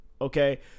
Okay